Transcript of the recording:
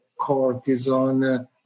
cortisone